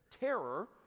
terror